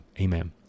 Amen